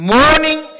morning